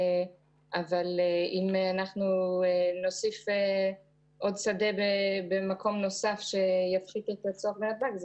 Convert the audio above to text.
אבל אם אנחנו נוסיף עוד שדה במקום נוסף שיפחית את הצורך בנתב"ג,